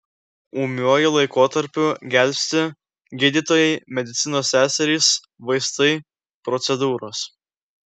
ūmiuoju laikotarpiu gelbsti gydytojai medicinos seserys vaistai procedūros